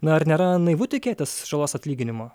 na ar nėra naivu tikėtis žalos atlyginimo